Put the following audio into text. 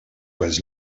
was